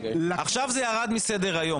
עכשיו זה ירד מסדר היום.